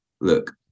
look